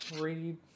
read